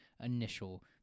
initial